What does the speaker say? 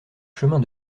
chemin